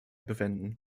bewenden